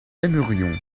aimerions